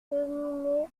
cheminée